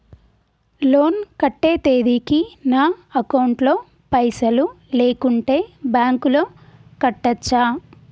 Loan కట్టే తేదీకి నా అకౌంట్ లో పైసలు లేకుంటే బ్యాంకులో కట్టచ్చా?